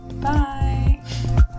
bye